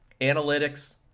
analytics